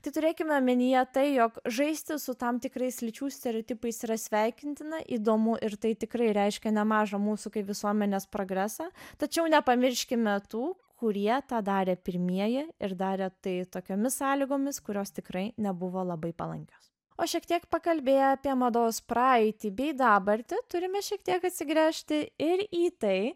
tai turėkime omenyje tai jog žaisti su tam tikrais lyčių stereotipais yra sveikintina įdomu ir tai tikrai reiškia nemažą mūsų kaip visuomenės progresą tačiau nepamirškime tų kurie tą darė pirmieji ir darė tai tokiomis sąlygomis kurios tikrai nebuvo labai palankios o šiek tiek pakalbėję apie mados praeitį bei dabartį turime šiek tiek atsigręžti ir į tai